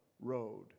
road